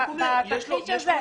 חצי שנה.